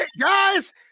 Guys